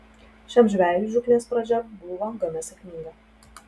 šiam žvejui žūklės pradžia buvo gana sėkminga